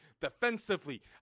defensively